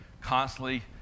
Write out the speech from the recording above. constantly